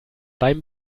beim